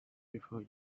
before